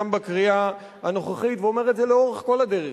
בקריאה הנוכחית ואומר את זה לאורך כל הדרך,